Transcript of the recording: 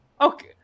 Okay